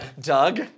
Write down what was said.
Doug